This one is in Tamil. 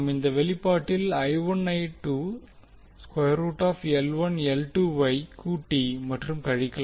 நாம் இந்த வெளிப்பாட்டில் ஐ கூட்டி மற்றும் கழிக்கலாம்